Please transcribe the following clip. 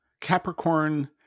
Capricorn